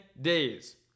days